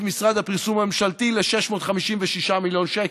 משרד הפרסום הממשלתי ל-656 מיליון שקל,